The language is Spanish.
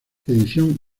edición